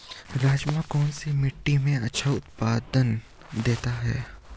राजमा कौन सी मिट्टी में अच्छा उत्पादन देता है?